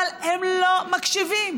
אבל הם לא מקשיבים.